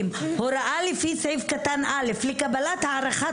הוראה לפי סעיף קטן (א) לקבלת הערכת